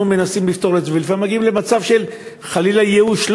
אנחנו מנסים לפתור את זה ולפעמים מגיעים למצב של לא חלילה ייאוש,